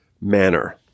manner